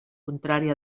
contrari